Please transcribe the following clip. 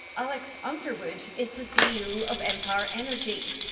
alex underwood is the ceo of empire energy.